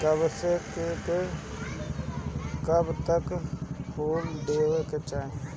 कब से लेके कब तक फुल देवे के चाही?